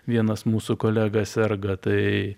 vienas mūsų kolega serga tai